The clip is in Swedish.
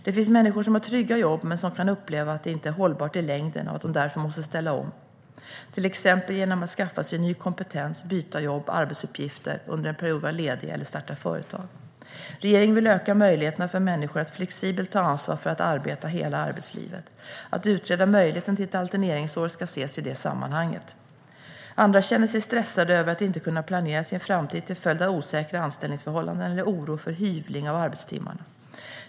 Det finns människor som har trygga jobb men som kan uppleva att det inte är hållbart i längden och att de därför måste ställa om, till exempel genom att skaffa sig ny kompetens, byta jobb eller arbetsuppgifter, under en period vara ledig eller starta företag. Regeringen vill öka möjligheterna för människor att flexibelt ta ansvar för att arbeta hela arbetslivet. Att utreda möjligheten till ett alterneringsår ska ses i det sammanhanget. Andra känner sig stressade över att inte kunna planera sin framtid till följd av osäkra anställningsförhållanden eller en oro för "hyvling" av arbetstimmarna.